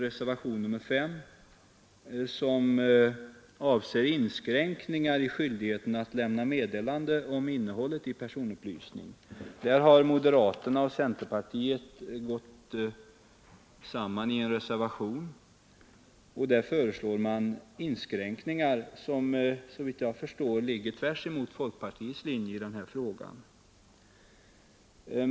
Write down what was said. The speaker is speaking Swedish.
Reservationen 5 avser inskränkningar i skyldigheten att lämna meddelande om innehållet i personupplysning. Här har moderaterna och centerpartiet gått samman i en reservation som föreslår inskränkningar som såvitt jag förstår går tvärtemot folkpartiets linje i den här frågan.